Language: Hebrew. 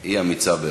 היא אמיצה באמת.